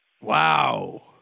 Wow